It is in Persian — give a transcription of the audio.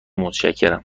متشکرم